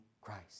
Christ